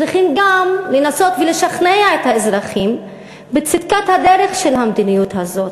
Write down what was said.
צריכים גם לנסות ולשכנע את האזרחים בצדקת הדרך של המדיניות הזאת.